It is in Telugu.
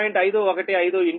515 13